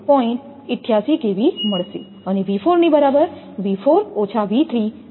88 મળશે અને v4 ની બરાબર V4 V3 તમને 32